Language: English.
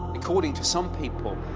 according to some people,